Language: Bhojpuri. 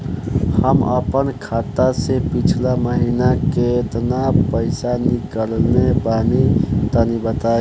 हम आपन खाता से पिछला महीना केतना पईसा निकलने बानि तनि बताईं?